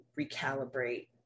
recalibrate